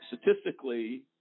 statistically